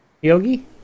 Yogi